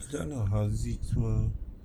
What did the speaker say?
sudah lah haziq's mah